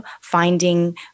finding